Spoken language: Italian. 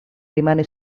rimane